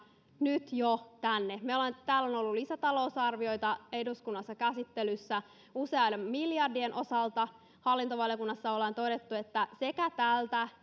tänne jo nyt täällä eduskunnassa on ollut lisätalousarvioita käsittelyssä useiden miljardien osalta hallintovaliokunnassa ollaan todettu että sekä